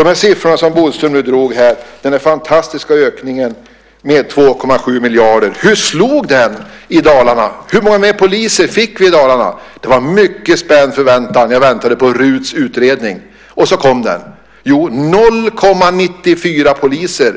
år 2005. Bodström nämnde fantastiska siffror i sitt interpellationssvar. Den där ökningen med 2,7 miljarder - hur slog den i Dalarna? Hur många fler poliser fick vi i Dalarna? Det var med spänd förväntan jag väntade på RUT:s utredning. Så kom den: 0,94 poliser!